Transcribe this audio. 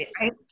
right